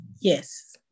Yes